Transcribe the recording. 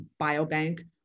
biobank